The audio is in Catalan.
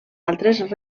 altres